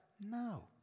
No